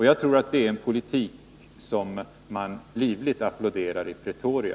Jag tror att det är en politik som livligt applåderas i Pretoria.